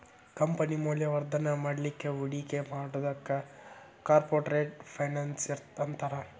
company ಮೌಲ್ಯವರ್ಧನ ಮಾಡ್ಲಿಕ್ಕೆ ಹೂಡಿಕಿ ಮಾಡೊದಕ್ಕ ಕಾರ್ಪೊರೆಟ್ ಫೈನಾನ್ಸ್ ಅಂತಾರ